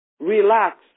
relax